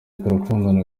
turakundana